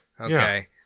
Okay